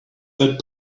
that